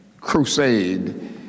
crusade